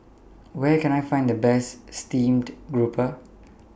Where Can I Find The Best Steamed Grouper